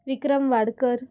Vikram Wadkar